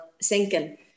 sinking